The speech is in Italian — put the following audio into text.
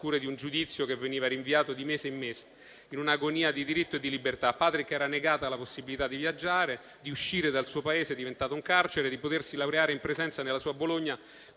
di un giudizio che veniva rinviato di mese in mese, in un'agonia di diritto e libertà. A Patrick era negata la possibilità di viaggiare, di uscire dal suo Paese, che è diventato un carcere; di potersi laureare in presenza nella sua Bologna,